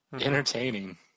entertaining